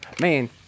Man